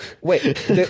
wait